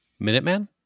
Minuteman